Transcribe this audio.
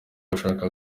ashaka